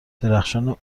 درخشان